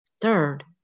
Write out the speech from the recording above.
Third